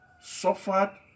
suffered